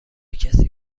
کسی